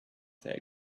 that